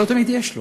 אבל לא תמיד יש לו,